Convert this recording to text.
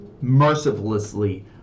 Mercilessly